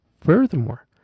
Furthermore